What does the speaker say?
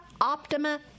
Optima